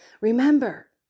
Remember